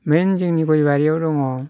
मेन जोंनि गयबारियाव दङ